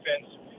defense